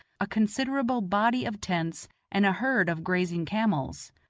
a considerable body of tents and a herd of grazing camels.